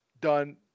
done